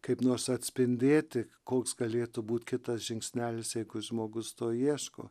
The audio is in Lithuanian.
kaip nors atspindėti koks galėtų būt kitas žingsnelis jeigu žmogus to ieško